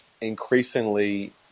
increasingly